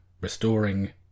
restoring